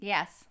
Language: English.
Yes